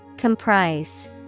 Comprise